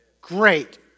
Great